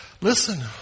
Listen